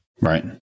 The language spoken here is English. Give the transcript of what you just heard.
Right